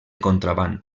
contraban